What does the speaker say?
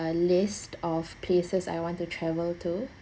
list of places I want to travel to